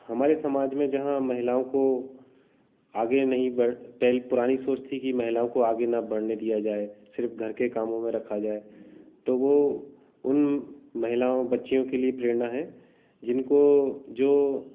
हमारे समाज में जहाँ महिलाओं को आगे नहीं बढ़ पहले पुरानी सोच थी कि महिलाओं को आगे न बढ़ने दिया जाए सिर्फ घर के कामों में रखा जाए तो वह उन महिलाओं बच्चियों के लिए प्रेरणा है जिनको जो